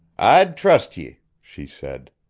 i'd trust ye, she said.